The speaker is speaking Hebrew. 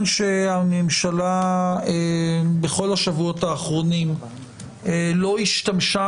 מכיוון שהממשלה בכל השבועות האחרונים לא השתמשה